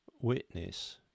witness